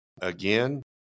Again